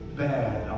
bad